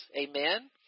Amen